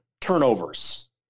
Turnovers